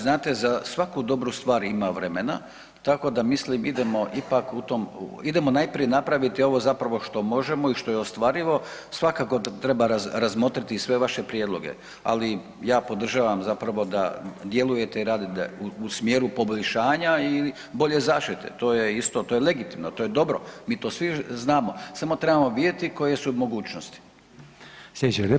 Znate, za svaku dobru stvar ima vremena, tako da, mislim, idemo ipak u tom, idemo najprije napraviti ovo zapravo što možemo i što je ostvarivo, svakako treba razmotriti i sve vaše prijedloge, ali ja podržavam zapravo da djelujete i radite u smjeru poboljšanja i bolje zaštite, to je isto, to je legitimno, to je dobro, mi to svi znamo, samo trebamo vidjeti koje su mogućnosti.